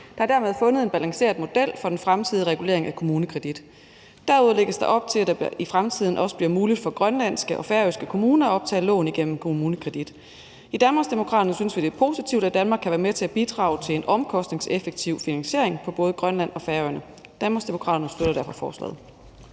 Der er dermed fundet en balanceret model for den fremtidige regulering af KommuneKredit. Derudover lægges der op til, at det i fremtiden også bliver muligt for grønlandske og færøske kommuner at optage lån igennem KommuneKredit. I Danmarksdemokraterne synes vi, det er positivt, at Danmark kan være med til at bidrage til en omkostningseffektiv finansiering på både Grønland og Færøerne. Danmarksdemokraterne støtter derfor forslaget.